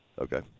Okay